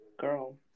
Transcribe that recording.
girl